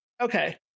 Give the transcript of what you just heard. Okay